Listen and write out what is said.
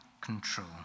control